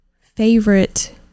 favorite